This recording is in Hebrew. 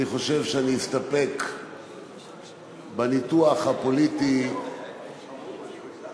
אני חושב שאני אסתפק בניתוח הפוליטי הכל-כך